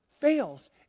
fails